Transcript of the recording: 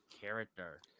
character